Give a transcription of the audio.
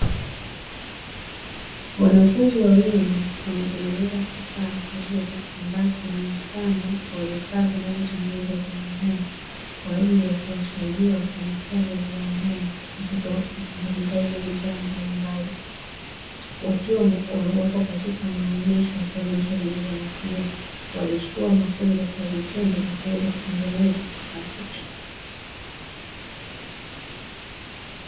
Wanafunzi wawili wametengeneza kifaa kizuri ambacho ni mfano wa vifaa vinavyotengenezwa viwandani, kwa ajili ya kuwasaidia wafanyakazi wa viwandani katika utengenezaji wa bidhaa mbalimbali; wakiwa wapo katika maonyesho ya kuonyesha bidhaa hiyo walichukua mafunzo kwa vitendo na kuweza kutengeneza kifaa hicho.